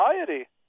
anxiety